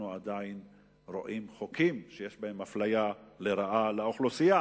אנחנו עדיין רואים חוקים שיש בהם אפליה לרעה לאוכלוסייה